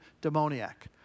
demoniac